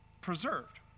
preserved